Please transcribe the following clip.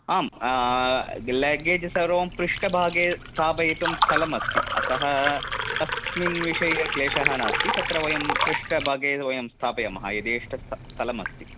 आं लगेज् सर्वं पृष्ठभागे स्थापयितुं स्थलमस्ति अतः अस्मिन् विषये क्लेशः नास्ति तत्र वयं पृष्ठभागे वयं स्थापयामः यथेष्ट स्त स्थलमस्ति